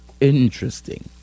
interesting